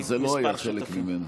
אבל זה לא היה חלק ממנה.